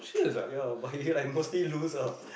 ya but he like mostly lose ah